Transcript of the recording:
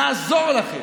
נעזור לכם.